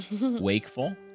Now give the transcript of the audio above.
wakeful